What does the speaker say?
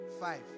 five